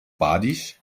badisch